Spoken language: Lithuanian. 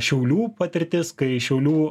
šiaulių patirtis kai šiaulių